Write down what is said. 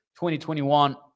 2021